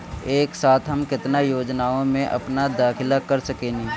एक साथ हम केतना योजनाओ में अपना दाखिला कर सकेनी?